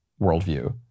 worldview